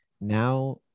now